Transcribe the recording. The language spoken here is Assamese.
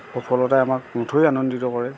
সফলতাই আমাক নথৈ আনন্দিত কৰে